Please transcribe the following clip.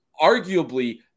arguably